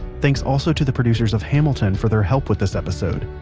thanks also to the producers of hamilton for their help with this episode.